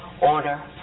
order